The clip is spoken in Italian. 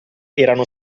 erano